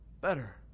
better